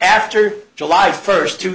after july first two